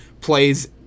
plays